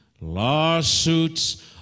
lawsuits